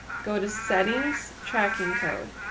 go to settings tracking code